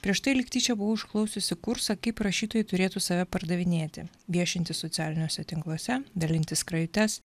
prieš tai lyg tyčia buvau išklausiusi kursą kaip rašytojai turėtų save pardavinėti viešinti socialiniuose tinkluose dalinti skrajutes